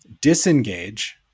disengage